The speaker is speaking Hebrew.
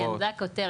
הוראות זו הכותרת,